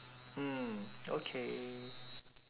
mm okay